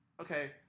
okay